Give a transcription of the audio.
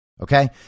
Okay